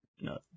No